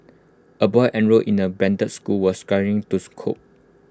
A boy enrolled in the branded school was struggling to scope